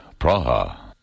Praha